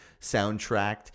soundtrack